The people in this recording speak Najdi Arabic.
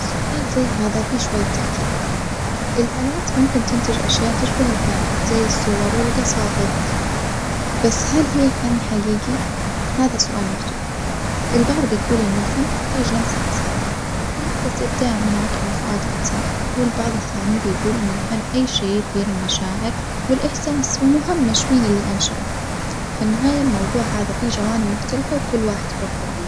سؤال زي هذا في شوية تعجيد، الآلات ممكن تنتج أشياء تشبه الفن زي الصور والجصائد، بس هل هي فن حجيجي؟ هذا سؤال مفتوح، البعض بيجول إن الفن محتاج لمسة إنسانية لحظة إبداع من عجل وفؤاد إنسان، والبعض الثاني بيجول إن الفن أي شي بيثير المشاعر والإحساس ومهمش مين الأنشأه، في النهاية الموضوع هذا فيه جوانب مختلفة وكل واحد حر في رأيه.